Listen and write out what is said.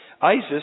Isis